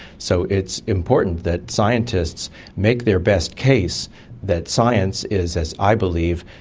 so it's important that scientists make their best case that science is, as i believe,